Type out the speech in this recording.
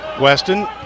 Weston